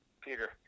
Peter